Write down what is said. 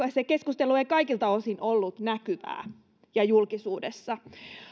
ja se keskustelu ei kaikilta osin ollut näkyvää ja julkisuudessa